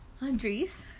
Andres